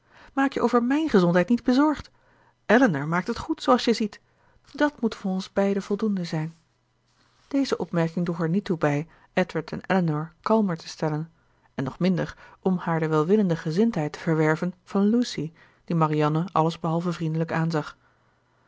maak je over mijn gezondheid niet bezorgd elinor maakt het goed zooals je ziet dat moet voor ons beiden voldoende zijn deze opmerking droeg er niet toe bij edward en elinor kalmer te stemmen en nog minder om haar de welwillende gezindheid te verwerven van lucy die marianne allesbehalve vriendelijk